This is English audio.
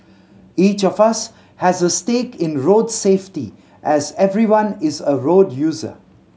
each of us has a stake in road safety as everyone is a road user